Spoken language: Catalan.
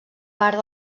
part